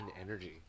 energy